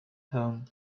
home